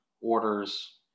orders